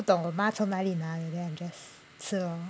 不懂我妈从哪里买 then I just 吃 lor